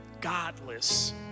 godless